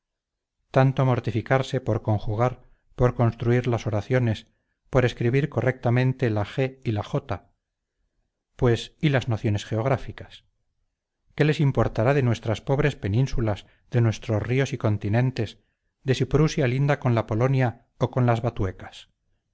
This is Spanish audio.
tanto mortificarse por conjugar por construir las oraciones por escribir correctamente la ge y la jota pues y las nociones geográficas qué les importará de nuestras pobres penínsulas de nuestros ríos y continentes de si prusia linda con la polonia o con las batuecas